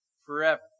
forever